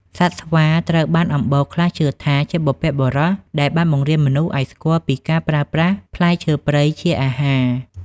សត្វស្វា ត្រូវបានអំបូរខ្លះជឿថាជាបុព្វបុរសដែលបានបង្រៀនមនុស្សឱ្យស្គាល់ពីការប្រើប្រាស់ផ្លែឈើព្រៃជាអាហារ។